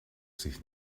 sich